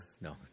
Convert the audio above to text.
No